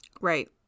right